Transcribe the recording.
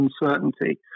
uncertainty